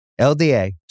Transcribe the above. LDA